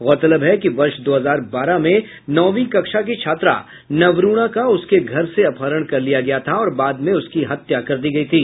गौरतलब है कि वर्ष दो हजार बारह में नौवीं कक्षा की छात्रा नवरूणा का उसके घर से अपहरण कर लिया गया था और बाद में उसकी हत्या कर दी गयी थी